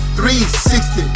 360